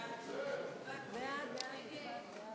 של קבוצת סיעת המחנה הציוני לסעיף